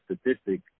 statistic